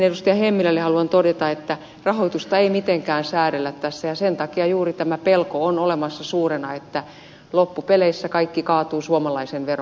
hemmilälle haluan todeta että rahoitusta ei mitenkään säädellä tässä ja sen takia juuri tämä pelko on olemassa suurena että loppupeleissä kaikki kaatuu suomalaisen vero